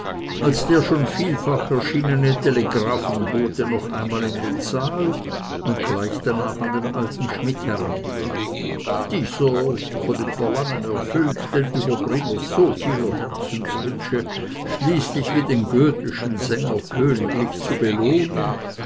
als der schon vielfach erschienene telegraphenbote noch einmal in den saal und gleich danach an den alten schmidt herantrat dieser von dem verlangen erfüllt den überbringer so vieler herzenswünsche schließlich wie den goetheschen sänger königlich zu belohnen